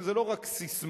וזו לא רק ססמה,